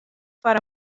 foar